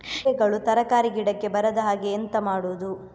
ಇರುವೆಗಳು ತರಕಾರಿ ಗಿಡಕ್ಕೆ ಬರದ ಹಾಗೆ ಎಂತ ಮಾಡುದು?